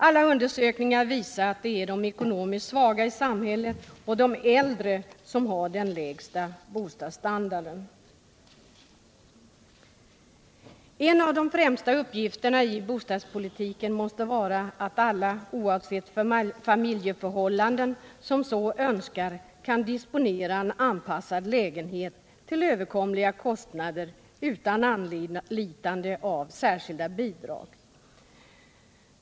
Alla undersökningar visar att det är de ekonomiskt svaga i samhället och de äldre som har den lägsta bostadsstandarden. En av de främsta uppgifterna i bostadspolitiken måste gälla att alla som så Önskar oavsett familjeförhållanden kan disponera en anpassad lägenhet till överkomliga kostnader utan anlitande av särskilda bidrag.